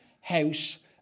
house